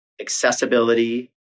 accessibility